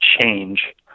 change